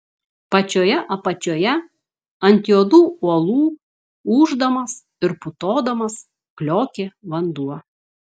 pačioje apačioje ant juodų uolų ūždamas ir putodamas kliokė vanduo